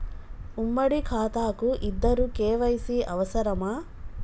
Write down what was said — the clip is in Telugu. ఉమ్మడి ఖాతా కు ఇద్దరు కే.వై.సీ అవసరమా?